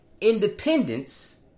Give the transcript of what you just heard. Independence